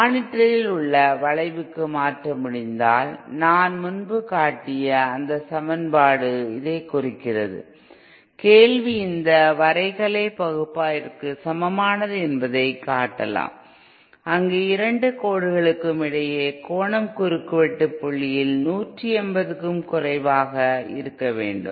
மானிட்டரில் உள்ள வளைவுக்கு மாற்ற முடிந்தால் நான் முன்பு காட்டிய அந்த சமன்பாடு இதைக் குறைக்கிறது கேள்வி இந்த வரைகலை பகுப்பாய்விற்கு சமமானது என்பதைக் காட்டலாம் அங்கு இரண்டு கோடுகளுக்கு இடையில் கோணம் குறுக்குவெட்டு புள்ளியில் 180 க்கும் குறைவாக இருக்க வேண்டும்